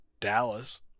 dallas